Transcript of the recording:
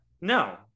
No